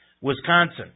Wisconsin